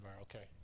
okay